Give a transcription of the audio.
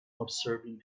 observing